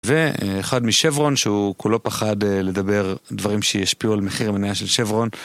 ואחד משברון שהוא כולו פחד לדבר דברים שישפיעו על מחיר המניה של שברון